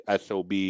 SOB